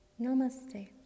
Namaste